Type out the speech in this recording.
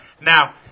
Now